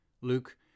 Luke